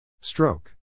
Stroke